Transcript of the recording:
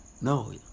No